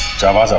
sharma.